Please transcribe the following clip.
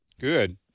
Good